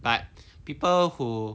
but people who